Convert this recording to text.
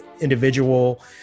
individual